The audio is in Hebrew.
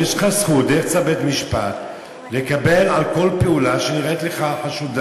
יש לך זכות דרך צו בית-משפט לקבל על כל פעולה שנראית לך חשודה